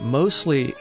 mostly